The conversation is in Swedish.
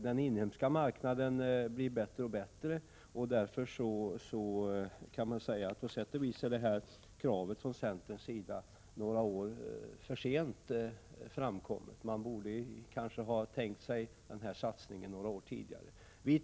Den inhemska marknaden blir bättre och bättre, och man kan därför säga att kravet från centerns sida på sätt och vis kommer några år för sent.